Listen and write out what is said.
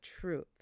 truth